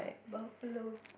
buffalo